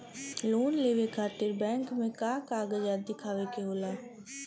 Loan लेवे खातिर bank मे का कागजात दिखावे के होला?